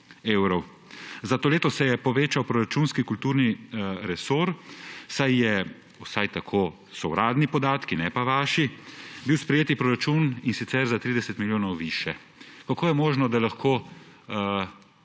Za to leto se je povečal proračunski kulturni resor, saj je, vsaj tako so uradni podatki, ne pa vaši, bil sprejet proračun, in sicer za 30 milijonov višje. Kako je možno, da lahko